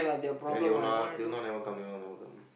then Leona Leona never come Leona never come